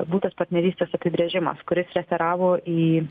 būtas partnerystės apibrėžimas kuris referavo į